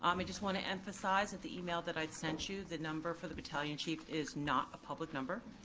um i just wanna emphasize that the email that i sent you, the number for the battalion chief is not a public number.